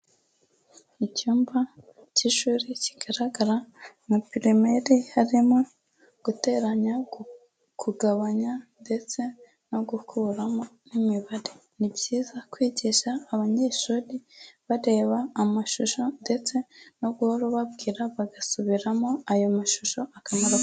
Icyumba cy'ishuri kigaragara nka pirimeri, harimo guteranya, kugabanya ndetse no gukuramo n'imibare, ni byiza kwigisha abanyeshuri bareba amashusho ndetse no guhora ubabwira bagasubiramo ayo mashusho akamaro.